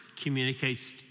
communicates